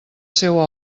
seua